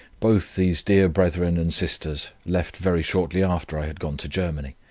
both these dear brethren and sisters left very shortly after i had gone to germany.